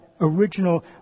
original